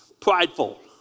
prideful